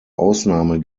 ausnahme